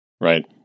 right